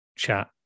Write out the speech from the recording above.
Chat